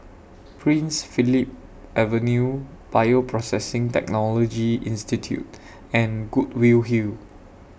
Prince Philip Avenue Bioprocessing Technology Institute and Goodwill Hill